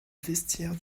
vestiaire